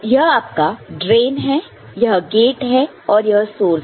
यह आपका ड्रेन है यह गेट है और यह सोर्स है